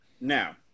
Now